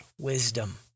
wisdom